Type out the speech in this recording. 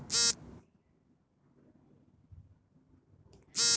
ವರ್ಷದಲ್ಲಿ ರೈತರು ಎಷ್ಟು ಋತುಗಳಲ್ಲಿ ಬೆಳೆ ಬೆಳೆಯುತ್ತಾರೆ?